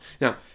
now